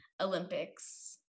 Olympics